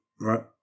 right